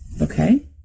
okay